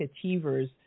Achievers